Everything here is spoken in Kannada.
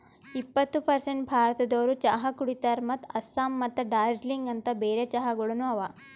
ಎಪ್ಪತ್ತು ಪರ್ಸೇಂಟ್ ಭಾರತದೋರು ಚಹಾ ಕುಡಿತಾರ್ ಮತ್ತ ಆಸ್ಸಾಂ ಮತ್ತ ದಾರ್ಜಿಲಿಂಗ ಅಂತ್ ಬೇರೆ ಚಹಾಗೊಳನು ಅವಾ